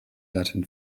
latin